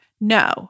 No